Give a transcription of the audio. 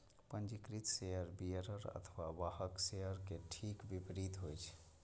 पंजीकृत share bearer अथवा वाहक शेयर के ठीक विपरीत होइ छै